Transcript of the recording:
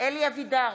אלי אבידר,